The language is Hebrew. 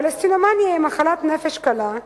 "פלסטינומאניה" היא מחלת נפש קלה,